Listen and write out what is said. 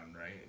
right